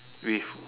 with